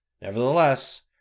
Nevertheless